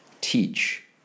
teach